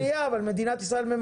רגע, שנייה, אבל מדינת ישראל מממנת.